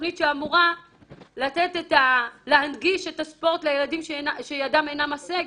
תכנית שאמורה להנגיש את הספורט לילדים שידם אינה משגת?